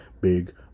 Big